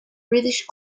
reddish